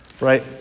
right